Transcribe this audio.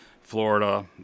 Florida